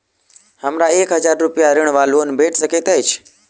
हमरा एक हजार रूपया ऋण वा लोन भेट सकैत अछि?